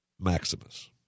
Maximus